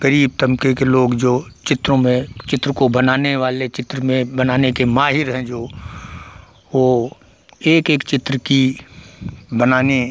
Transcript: ग़रीब तबके के लोग जो चित्रों में चित्र को बनाने वाले चित्र में बनाने के माहिर हैं जो वो एक एक चित्र की बनाने